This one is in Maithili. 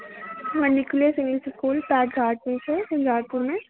न्यूक्लीयस इंग्लिश स्कूल पैटघाटमे छै झञ्झारपुरमे